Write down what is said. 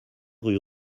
rue